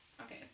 Okay